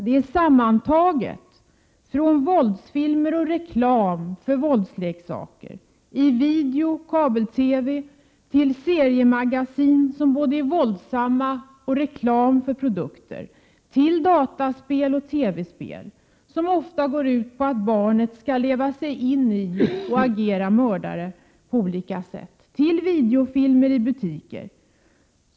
Det rör sig om våldsfilmer och reklam för våldsleksaker i video och kabel-TV, seriemagasin som är våldsamma och samtidigt utgör reklam för olika produkter, det är dataspel och TV-spel som ofta går ut på att barnet skall leva sig in i en situation och agera mördare på olika sätt, det rör sig om videofilmer i butiker.